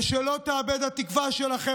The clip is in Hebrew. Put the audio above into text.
אבל שלא תאבד התקווה שלכם.